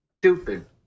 stupid